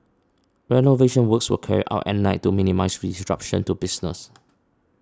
renovation works were carried out at night to minimise disruption to business